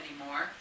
anymore